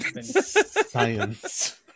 Science